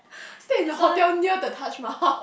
stay in a hotel near the Taj-Mahal